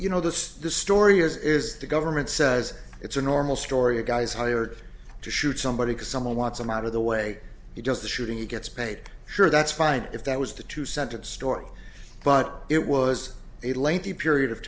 you know this the story is is the government says it's a normal story you guys hired to shoot somebody because someone wants him out of the way he does the shooting he gets paid sure that's fine if that was the two sentence story but it was a lengthy period of